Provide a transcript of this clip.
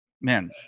man